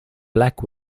black